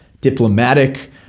diplomatic